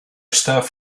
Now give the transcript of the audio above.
stuff